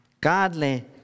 godly